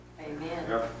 Amen